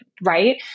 right